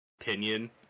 opinion